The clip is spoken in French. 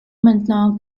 maintenant